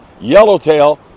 yellowtail